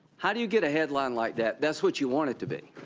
how do you get a headline like that? that's what you want it to be.